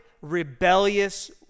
rebellious